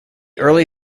early